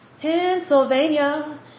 Pennsylvania